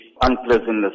unpleasantness